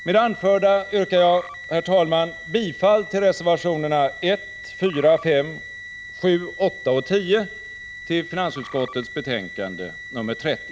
Med det anförda yrkar jag, herr talman, bifall till reservationerna 1,4,5,7, 8 och 10 till finansutskottets betänkande 30.